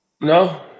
No